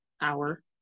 hour